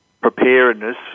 preparedness